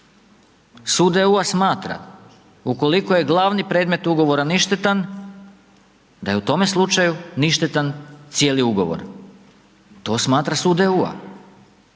sud EU-a smatra ukoliko je glavni predmet ugovora ništetan da je u tome slučaju ništetan cijeli ugovor. To smatra sud